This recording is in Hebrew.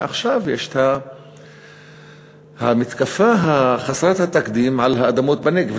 ועכשיו יש את המתקפה חסרת התקדים על האדמות בנגב.